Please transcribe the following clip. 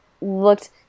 looked